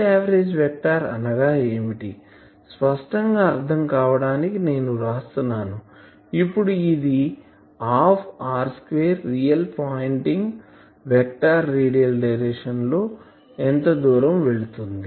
Saverage vector అనగా ఏమిటి స్పష్టంగా అర్ధం అవటానికి నేను వ్రాస్తున్నానుఇప్పుడు ఇది ½ r2రియల్ పాయింటింగ్ వెక్టార్ రేడియాల్ డైరెక్షన్ లో ఎంత దూరం వెళ్తుంది